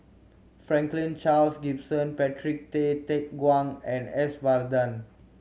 Franklin Charles Gimson Patrick Tay Teck Guan and S Varathan